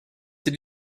did